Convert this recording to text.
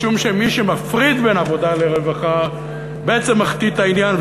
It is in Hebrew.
משום שמי שמפריד בין עבודה לרווחה בעצם מחטיא את העניין,